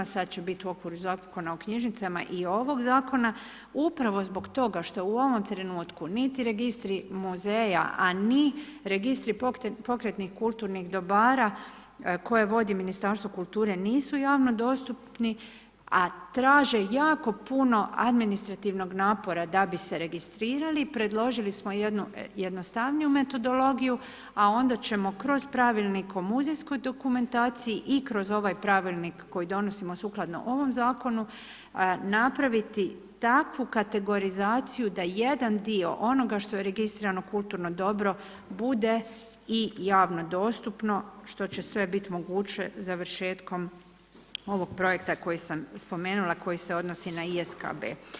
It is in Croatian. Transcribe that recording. Sad će biti u okviru zakona o knjižnicama i ovog Zakona upravo zbog toga što u ovom trenutku niti registri muzeja, a ni registri pokretnih kulturnih dobara koje vodi Ministarstvo kulture nisu javno dostupni, a traže jako puno administrativnog napora da bi se registrirali, predložili smo jednu jednostavniju metodologiju, a onda ćemo kroz pravilnik o muzejskoj dokumentaciji i kroz ovaj pravilnik koji donosimo sukladno ovom Zakonu napraviti takvu kategorizaciju da jedan dio onoga što je registrirano kulturno dobro bude i javno dostupno, što će sve biti moguće završetkom ovog projekta koji sam spomenula koji se odnosi na ISKB.